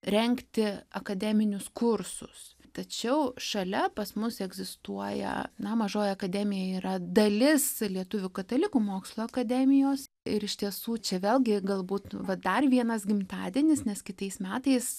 rengti akademinius kursus tačiau šalia pas mus egzistuoja na mažoji akademija yra dalis lietuvių katalikų mokslo akademijos ir iš tiesų čia vėlgi galbūt va dar vienas gimtadienis nes kitais metais